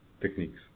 techniques